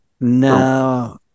no